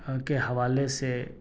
کے حوالے سے